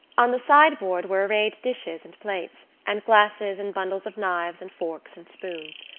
on the sideboard were arrayed dishes and plates, and glasses and bundles of knives and forks and spoons.